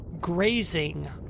grazing